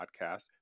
podcast